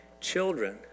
children